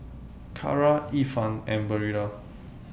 Kara Ifan and Barilla